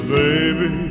baby